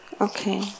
Okay